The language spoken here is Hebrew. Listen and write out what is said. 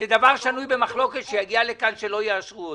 לדבר שנוי במחלוקת להגיע לכאן ולא יאשרו אותו.